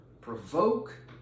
provoke